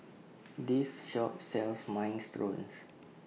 This Shop sells Minestrones